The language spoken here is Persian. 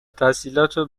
تحصیلاتو